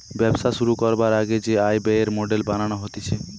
ব্যবসা শুরু করবার আগে যে আয় ব্যয়ের মডেল বানানো হতিছে